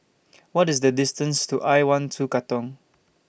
What IS The distance to I one two Katong